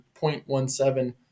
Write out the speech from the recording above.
0.17